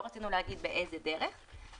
לא רצינו להגיד באיזה דרך להנגיש את זה,